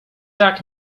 tak